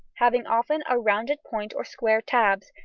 having often a rounded point or square tabs,